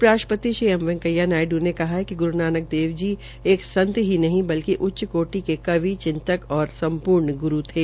उपराष्ट्रपति श्री एम वैकेंया नायडू ने कहा है कि गुरू नानक देव जी एक संत ही नहीं बल्कि उच्चकाटि के कवि चिंतक और संपूर्ण ग्रू थे